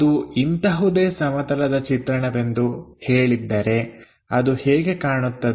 ಅದು ಇಂತಹುದೇ ಸಮತಲದ ಚಿತ್ರಣವೆಂದು ಹೇಳಿದ್ದರೆ ಅದು ಹೇಗೆ ಕಾಣುತ್ತದೆ